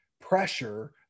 pressure